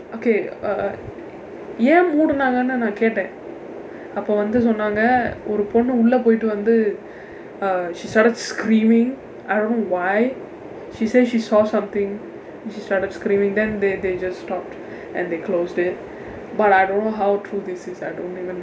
okay uh ஏன் மூடுனாங்கன்னு கேட்டேன் அப்போ வந்து சொன்னாங்க ஒரு பொண்ணு உள்ள போயிட்டு வந்து:een mudunaangannu keetdeen appoo vandthu sonnaangka oru ponnu vandthu ulla pooyitdu vandthu she started screaming I don't know why she say she saw something she started screaming then they they just stopped and they closed it but I don't know how true this is I don't even